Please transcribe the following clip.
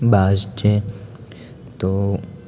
બાજ છે તો